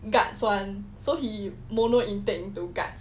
guards [one] so he mono intake to guard